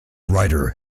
writer